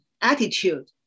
attitude